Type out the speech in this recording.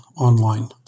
online